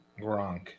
Gronk